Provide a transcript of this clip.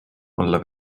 olla